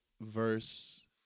verse